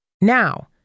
Now